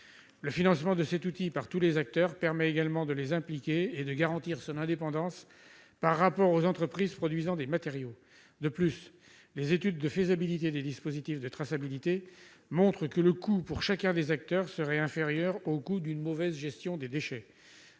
Le financement de cet outil par tous les acteurs permettra également de les impliquer et de garantir l'indépendance de la plateforme par rapport aux entreprises produisant des matériaux. De plus, les études de faisabilité des dispositifs de traçabilité montrent que le coût pour chacun des acteurs serait inférieur au coût d'une mauvaise gestion des déchets.